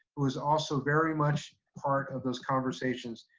who is also very much part of those conversations.